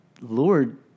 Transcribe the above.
Lord